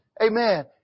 Amen